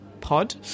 pod